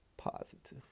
positive